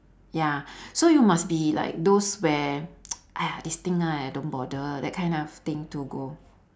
ya so you must be like those where !aiya! this thing ah I don't bother that kind of thing to go